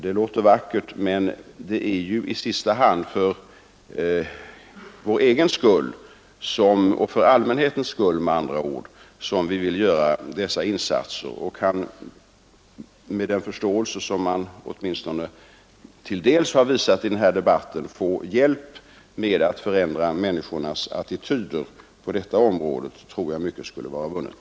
Det låter vackert, men det är i sista hand för vår egen skull, med andra ord för allmänhetens skull, som vi vill göra dessa insatser. Kan vi med den förståelse, som man åtminstone till dels har visat i den här debatten, få hjälp med att förändra människornas attityder på detta område, tror jag att mycket skulle vara vunnet.